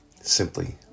Simply